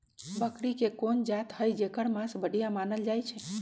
बकरी के कोन जात हई जेकर मास बढ़िया मानल जाई छई?